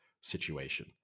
situation